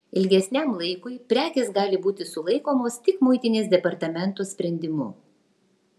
ilgesniam laikui prekės gali būti sulaikomos tik muitinės departamento sprendimu